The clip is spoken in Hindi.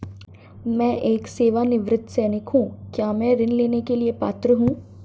मैं एक सेवानिवृत्त सैनिक हूँ क्या मैं ऋण लेने के लिए पात्र हूँ?